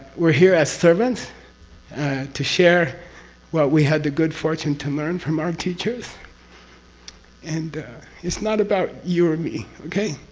we're here as servants to share what we had the good fortune to learn from our teachers and it's not about you or me. okay?